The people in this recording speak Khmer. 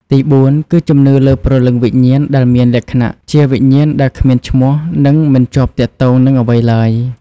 ទីបួន គឺជំនឿលើព្រលឹងវិញ្ញាណដែលមានលក្ខណៈជាវិញ្ញាណដែលគ្មានឈ្មោះនិងមិនជាប់ទាក់ទងនឹងអ្វីឡើយ។